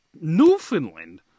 Newfoundland